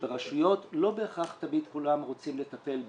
שברשויות לא בהכרח תמיד כולם רוצים לטפל בהם,